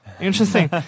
interesting